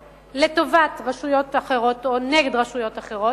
לטובת רשויות אחרות או נגד רשויות אחרות,